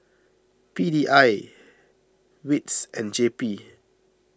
P D I Wits and J P